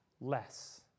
less